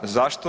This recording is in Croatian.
Zašto?